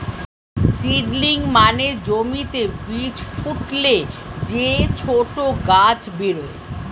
seedling মানে জমিতে বীজ ফুটলে যে ছোট গাছ বেরোয়